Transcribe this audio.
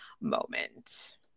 moment